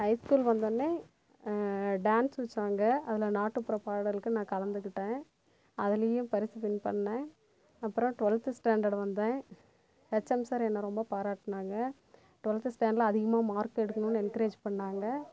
highs school வந்தோடனே dance வச்சாங்க அதில் நாட்டுப்புற பாடலுக்கு நான் கலந்துக்கிட்டேன் அதிலேயும் பரிசு வின் பண்ணுனேன் அப்புறம் டுவல்த் ஸ்டேண்டார்டு வந்தேன் ஹெச்எம் சார் என்னை ரொம்ப பாராட்டுனாங்க டுவல்த் ஸ்டேண்டர்டில் அதிகமாக மார்க் எடுக்கனுன்னு என்கிரேஜ் பண்ணுனாங்க